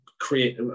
create